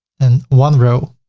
and one row